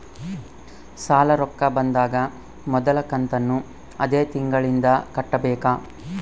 ಸಾಲದ ರೊಕ್ಕ ಬಂದಾಗ ಮೊದಲ ಕಂತನ್ನು ಅದೇ ತಿಂಗಳಿಂದ ಕಟ್ಟಬೇಕಾ?